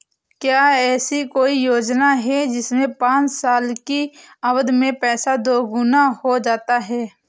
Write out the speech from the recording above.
क्या ऐसी कोई योजना है जिसमें पाँच साल की अवधि में पैसा दोगुना हो जाता है?